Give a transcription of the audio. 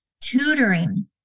tutoring